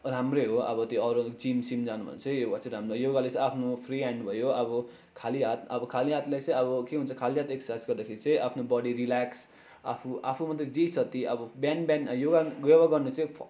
राम्रै हो अब त्यो अरू जिमसिम जानुभन्दा चाहिँ योगा चाहिँ राम्रो योगाले चाहिँ आफ्नो फ्री ह्यान्ड भयो अब खाली हात अब खाली हातलाई चाहिँ अब के भन्छ खाली हात एक्ससाइज गर्दाखेरि चाहिँ आफ्नो बडी रिल्याक्स आफू आफूमा त जे छ त्यही अब बिहान बिहान योगा योगा गर्नु चाहिँ